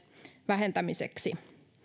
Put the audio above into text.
vähentämiseksi